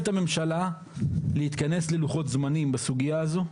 את הממשלה להתכנס ללוחות זמנים בסוגיה הזו,